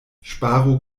ŝparu